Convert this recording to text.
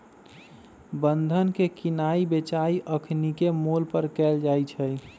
बन्धन के किनाइ बेचाई अखनीके मोल पर कएल जाइ छइ